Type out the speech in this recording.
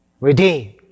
redeemed